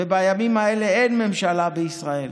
ובימים האלה אין ממשלה בישראל.